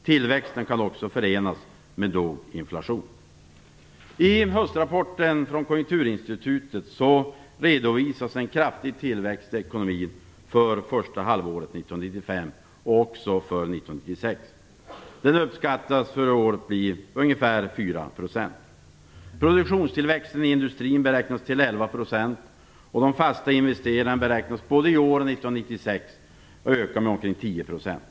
Tillväxten förenas också med låg inflation. I höstrapporten från Konjunkturinstitutet redovisas en kraftig tillväxt i ekonomin för första halvåret 1995 och första halvåret 1996. Den uppskattas för året till nästan 4 %. Produktionstillväxten i industrin beräknas till 11 % och de fasta investeringarna beräknas både i år och 1996 öka med omkring 10 %.